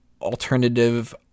alternative